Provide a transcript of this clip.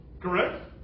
Correct